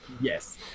yes